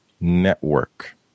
network